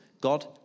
God